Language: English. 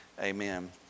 amen